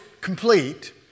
complete